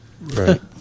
Right